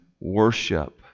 worship